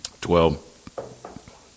twelve